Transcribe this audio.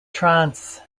trance